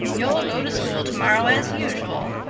you'll go to school tomorrow as usual.